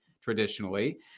traditionally